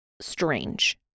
strange